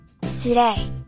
Today